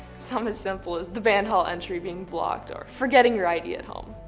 so um as simple as the band hall entry being blocked or forgetting your id at home.